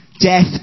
Death